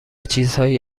چیزهایی